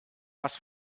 was